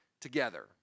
together